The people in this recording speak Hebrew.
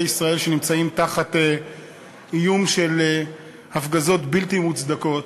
ישראל שנמצאים תחת איום של הפגזות בלתי מוצדקות,